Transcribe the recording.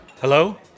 Hello